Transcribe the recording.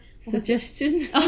suggestion